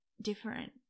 different